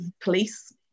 police